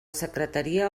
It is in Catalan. secretaria